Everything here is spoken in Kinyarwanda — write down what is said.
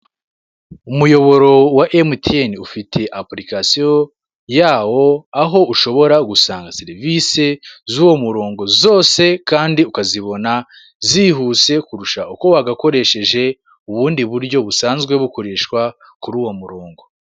Umuyoboro wa emutiyeni ufite apurikasiyo yawo, aho ushobora gusanga serivisi z'uwo murongo zose kandi ukazibona zihuse kurusha uko wagakoresheje ubundi buryo busanzwe bukoreshwa kuri uwo murongo.